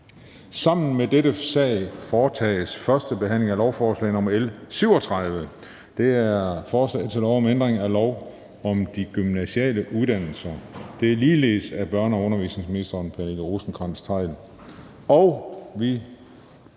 Sammen med dette punkt foretages: 5) 1. behandling af lovforslag nr. L 37: Forslag til lov om ændring af lov om de gymnasiale uddannelser. (Ophævelse af revisionsbestemmelse). Af børne- og undervisningsministeren (Pernille Rosenkrantz-Theil).